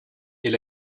est